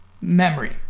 memory